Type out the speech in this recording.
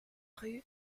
rue